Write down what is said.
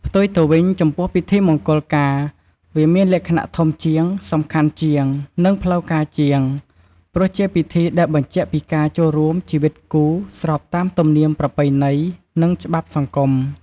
ផ្ទុយទៅវិញ ចំពោះពិធីមង្គលការវាមានលក្ខណៈធំជាង សំខាន់ជាង និងផ្លូវការជាង ព្រោះជាពិធីដែលបញ្ជាក់ពីការចូលរួមជីវិតគូ ស្របតាមទំនៀមប្រពៃណី និងច្បាប់សង្គម។